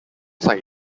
side